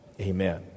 Amen